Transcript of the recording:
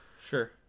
Sure